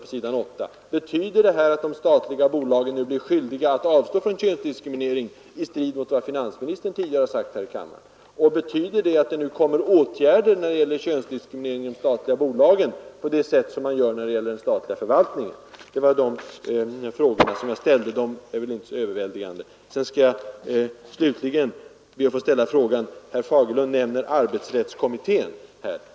Betyder utskottets skrivning att de statliga bolagen nu blir skyldiga att avstå från könsdiskriminering — i strid med vad finansministern sagt tidigare här i kammaren? Och betyder det att åtgärder kommer att vidtagas mot könsdiskriminering inom de statliga bolagen på samma sätt som inom den statliga förvaltningen? Det var de frågor jag ställde, och de är inte så märkvärdiga. Slutligen skall jag be att få ställa ytterligare en fråga. Herr Fagerlund nämner arbetsrättskommittén.